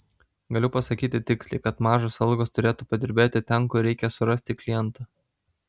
galiu pasakyti tiksliai kad mažos algos turėtų padirbėti ten kur reikia surasti klientą